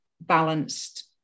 balanced